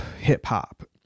hip-hop